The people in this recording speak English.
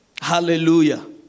hallelujah